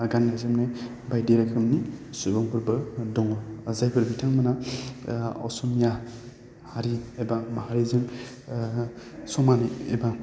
गान्नाय जोमनाय बायदि रोखोमनि सुबुंफोरबो दङ जायफोर बिथांमोना असमिया हारि एबा माहारिजों समानै एबा